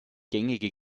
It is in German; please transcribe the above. gängige